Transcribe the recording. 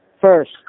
First